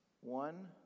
One